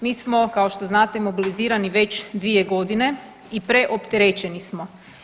Mi smo kao što sami znate mobilizirani već 2 godine i preopterećeni smo.